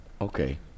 okay